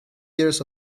years